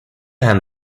hand